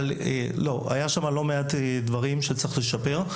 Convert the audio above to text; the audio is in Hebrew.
היו שם לא מעט דברים שצריך לשפר.